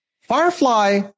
Firefly